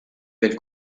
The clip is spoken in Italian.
del